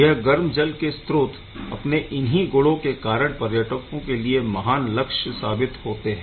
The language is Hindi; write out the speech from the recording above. इस गर्म जल के स्रोत अपने इन्ही गुणों के कारण पर्यटकों के लिए महान लक्ष्य साबित होते है